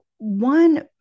One